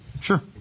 sure